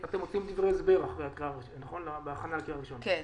דברי הסבר בהכנה לקריאה ראשונה, נכון?